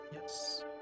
Yes